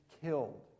killed